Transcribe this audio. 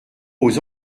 aux